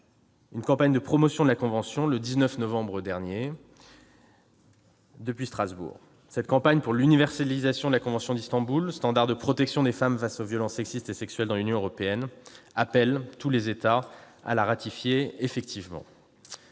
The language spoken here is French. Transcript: une campagne de promotion de cette convention. Cette campagne pour l'universalisation de la convention d'Istanbul, standard de protection des femmes face aux violences sexistes et sexuelles dans l'Union européenne, appelle tous les États à la ratifier. La présidence